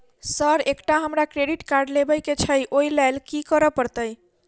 Sir एकटा हमरा credit card लेबकै छैय ओई लैल की करऽ परतै?